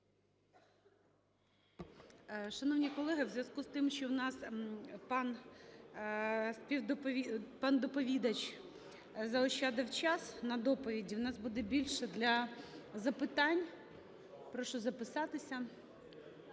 Шановні колеги, в зв'язку із тим, що в нас пан доповідач заощадив час на доповіді, в нас буде більше для запитань. Прошу записатися.